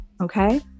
Okay